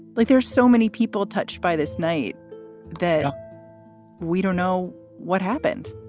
like there's so many people touched by this night that we don't know what happened